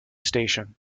station